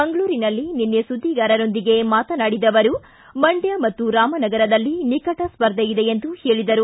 ಮಂಗಳೂರಿನಲ್ಲಿ ನಿನ್ನೆ ಸುದ್ದಿಗಾರರೊಂದಿಗೆ ಮಾತನಾಡಿದ ಅವರು ಮಂಡ್ಯ ಮತ್ತು ರಾಮನಗರದಲ್ಲಿ ನಿಕಟ ಸ್ಪರ್ಧೆ ಇದೆ ಎಂದರು